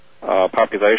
population